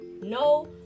no